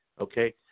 Okay